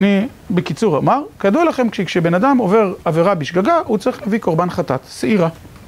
בקיצור אמר, כידוע לכם, כשבן אדם עובר עבירה בשגגה, הוא צריך להביא קורבן חטאת, שעירה.